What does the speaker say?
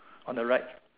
on the right